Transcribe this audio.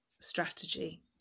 strategy